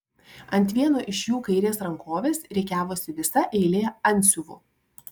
ant vieno iš jų kairės rankovės rikiavosi visa eilė antsiuvų